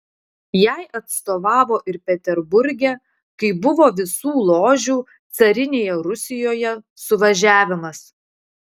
jai atstovavo ir peterburge kai buvo visų ložių carinėje rusijoje suvažiavimas